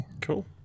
Cool